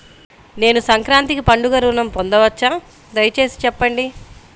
నేను సంక్రాంతికి పండుగ ఋణం పొందవచ్చా? దయచేసి చెప్పండి?